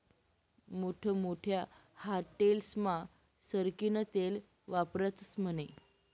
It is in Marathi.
मोठमोठ्या हाटेलस्मा सरकीनं तेल वापरतस म्हने